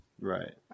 Right